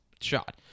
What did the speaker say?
shot